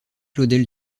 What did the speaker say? claudel